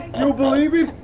and believe